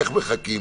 איך מחכים.